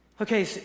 Okay